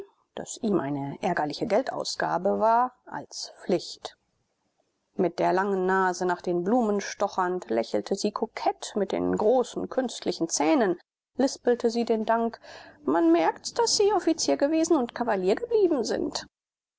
das ihm eine ärgerliche geldausgabe war als pflicht mit der langen nase nach den blumen stochernd lächelte sie kokett mit den großen künstlichen zähnen lispelte sie den dank man merkt's daß sie offizier gewesen und kavalier geblieben sind